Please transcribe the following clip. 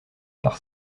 par